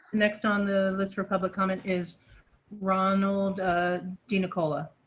next on the list republic comment is ronald d nicola